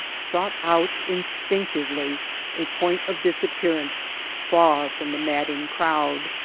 sought out instinctively a point of disappearance far from the madding crowd.